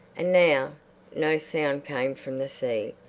and now no sound came from the sea.